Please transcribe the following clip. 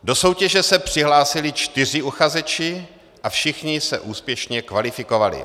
Do soutěže se přihlásili čtyři uchazeči a všichni se úspěšně kvalifikovali.